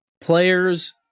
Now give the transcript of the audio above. players